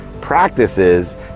practices